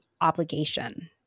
obligation